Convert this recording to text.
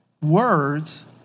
words